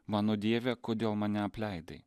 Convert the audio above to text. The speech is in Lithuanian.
mano dieve kodėl mane apleidai